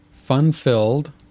fun-filled